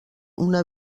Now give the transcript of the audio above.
una